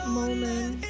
moment